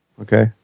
Okay